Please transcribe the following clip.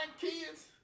kids